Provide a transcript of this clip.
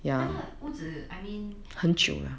那个屋子 I mean